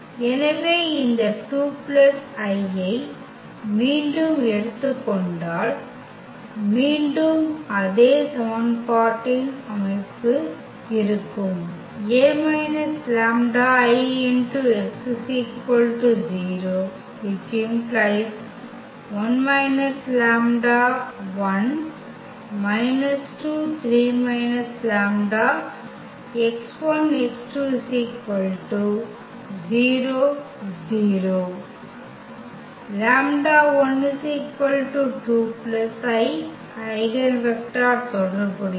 எனவே இந்த 2 i ஐ மீண்டும் எடுத்துக் கொண்டால் மீண்டும் அதே சமன்பாட்டின் அமைப்பு இருக்கும் λ1 2 i ஐகென் வெக்டர் தொடர்புடையது